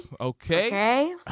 okay